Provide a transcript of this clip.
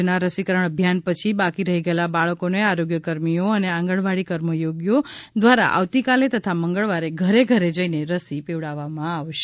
આજના રસીકરણ અભિયાન પછી બાકી રહી ગયેલાં બાળકોને આરોગ્ય કર્મીઓ અને આંગણવાડી કર્મયોગીઓ દ્વારા આવતીકાલે તથા મંગળવારે ઘરે ઘરે જઇને રસી પીવડાવવામાં આવશે